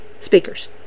Speakers